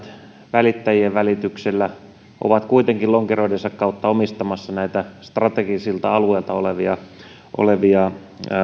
välittäjien välityksellä ovat kuitenkin lonkeroidensa kautta omistamassa näitä strategisilta alueilta olevia olevia